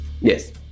Yes